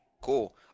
Cool